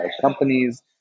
companies